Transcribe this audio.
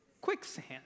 quicksand